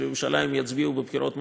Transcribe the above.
ירושלים יצביעו בבחירות המוניציפליות,